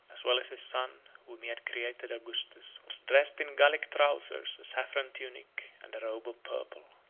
as well as his son, whom he had created augustus, was dressed in gallic trousers, a saffron tunic, and a robe of purple.